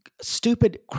stupid